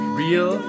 real